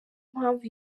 mpamvu